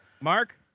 mark